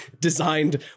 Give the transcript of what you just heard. designed